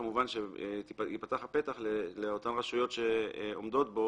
כמובן שייפתח הפתח לאותן רשויות שעומדות בו,